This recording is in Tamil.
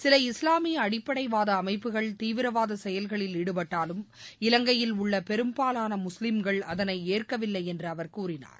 சில இஸ்லாமிய அடிப்படைவாத அமைப்புகள் தீவிரவாத செயல்களில் ஈடுபட்டாலும் இலங்கையில் உள்ள பெரும்பாலான முஸ்லீம்கள் அதனை ஏற்கவில்லை என்று அவர் கூறினார்